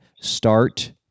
start